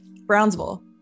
Brownsville